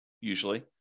usually